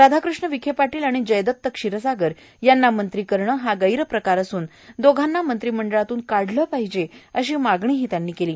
राधाकृष्ण विखे पाटील आणि जयदत्त क्षीरसागर यांना मंत्री करणं हा गैरप्रकार असून दोघांना मंत्री मंडळातून काढलं पाहिजे अशी मागणीही त्यांनी केली